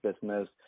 business